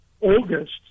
August